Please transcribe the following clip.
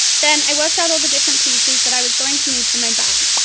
then, i worked out all the different pieces that i was going to need for my bag.